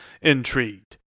intrigued